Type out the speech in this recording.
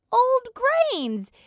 old grains,